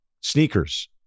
sneakers